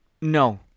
No